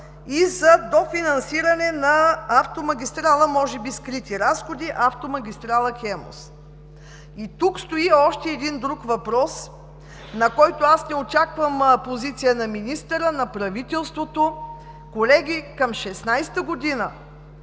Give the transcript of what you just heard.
и за дофинансиране на автомагистрала – може би скрити разходи, за автомагистрала „Хемус“?! Тук стои още един въпрос, на който аз не очаквам позицията на министъра и на правителството. Колеги, към 2016 г.